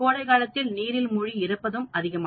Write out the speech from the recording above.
கோடைகாலத்தில் நீரில் மூழ்கி இருப்பவர்கள் அதிகம்